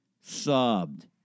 sobbed